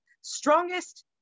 strongest